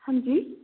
ਹਾਂਜੀ